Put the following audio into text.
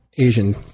Asian